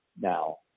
now